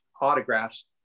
autographs